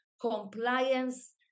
compliance